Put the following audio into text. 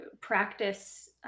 practice